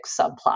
subplot